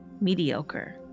Mediocre